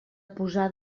posar